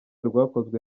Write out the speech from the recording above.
rwakozwe